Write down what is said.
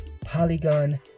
polygon